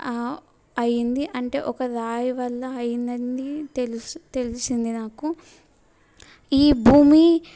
అయింది అంటే ఒక రాయి వల్ల అయిందని తెలుసు తెలిసింది నాకు ఈ భూమి